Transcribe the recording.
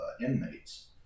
inmates